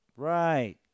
Right